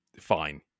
fine